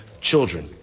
Children